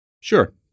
Sure